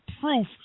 proof